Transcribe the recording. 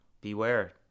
beware